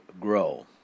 grow